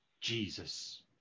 Jesus